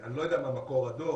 אני לא יודע מה מקור הדוח,